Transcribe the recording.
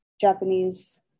Japanese